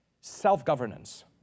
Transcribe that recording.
Self-governance